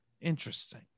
Interesting